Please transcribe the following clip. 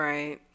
Right